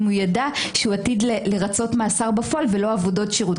אם הוא יידע שהוא עתיד לרצות מאסר בפועל ולא עבודות שירות.